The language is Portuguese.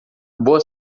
boa